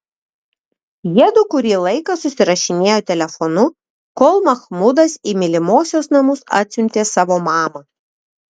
jiedu kurį laiką susirašinėjo telefonu kol mahmudas į mylimosios namus atsiuntė savo mamą